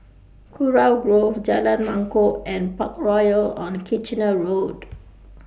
Kurau Grove Jalan Mangkok and Parkroyal on Kitchener Road